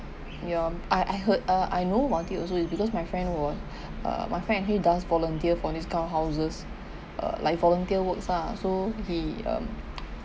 ya I I heard uh I know Wati also is because my friend was uh my friend actually does volunteer for this kind of houses uh like volunteer works ah so he um